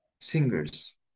singers